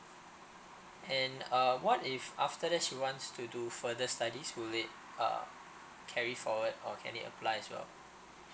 and uh what if after that she wants to do further studies will it uh carry forward or can it applies as well